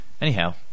Anyhow